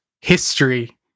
history